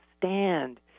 stand